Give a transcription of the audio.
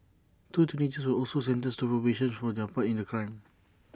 two teenagers were also sentenced to probation for their part in the crime